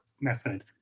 method